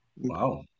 Wow